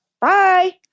Bye